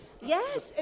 Yes